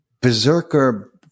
berserker